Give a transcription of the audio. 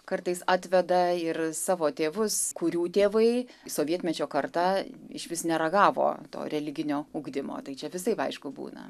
kartais atveda ir savo tėvus kurių tėvai sovietmečio karta išvis neragavo to religinio ugdymo tai čia visaip aišku būna